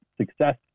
success